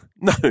No